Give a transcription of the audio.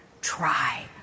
Try